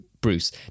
bruce